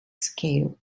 scale